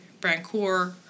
Brancourt